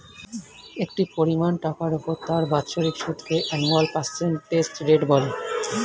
একটি পরিমাণ টাকার উপর তার বাৎসরিক সুদকে অ্যানুয়াল পার্সেন্টেজ রেট বলে